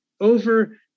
over